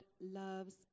loves